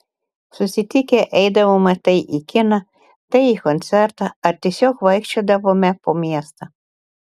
susitikę eidavome tai į kiną tai į koncertą ar tiesiog vaikščiodavome po miestą